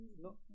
No